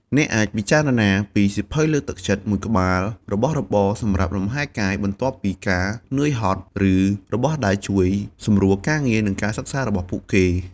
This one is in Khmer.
អ្នកអាចពិចារណាពីសៀវភៅលើកទឹកចិត្តមួយក្បាល របស់របរសម្រាប់លំហែកាយបន្ទាប់ពីការនឿយហត់ ឬ របស់ដែលជួយសម្រួលការងារ និងការសិក្សា របស់ពួកគេ។